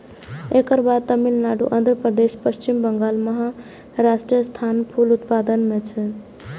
एकर बाद तमिलनाडु, आंध्रप्रदेश, पश्चिम बंगाल, महाराष्ट्रक स्थान फूल उत्पादन मे छै